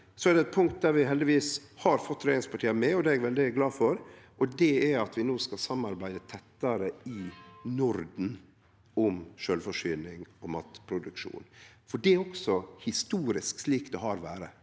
Så er det eit punkt der vi heldigvis har fått regjeringspartia med, det er eg veldig glad for, og det er at vi no skal samarbeide tettare i Norden om sjølvforsyning og matproduksjon. Det er også historisk slik det har vore.